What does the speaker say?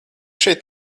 šeit